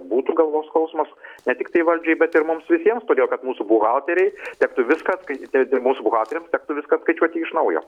būtų galvos skausmas ne tiktai valdžiai bet ir mums visiems todėl kad mūsų buhalterei tektų viską atskai tai tai mūsų buhalteriams tektų viską apskaičiuoti iš naujo